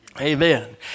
Amen